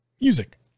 music